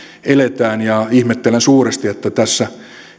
elämme ja ihmettelen suuresti että tässä